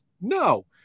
no